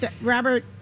Robert